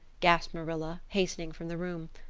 gasped marilla, hastening from the room.